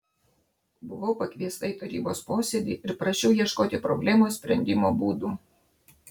buvau pakviesta į tarybos posėdį ir prašiau ieškoti problemos sprendimo būdų